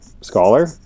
scholar